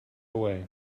away